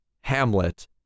Hamlet